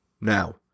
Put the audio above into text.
now